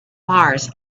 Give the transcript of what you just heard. mars